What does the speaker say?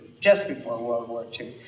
just before world war ii.